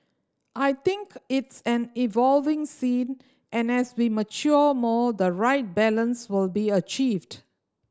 I think it's an evolving scene and as we mature more the right balance will be achieved